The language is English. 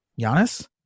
Giannis